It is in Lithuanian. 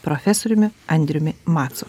profesoriumi andriumi macu